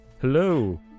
Hello